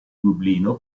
dublino